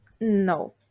no